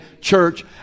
church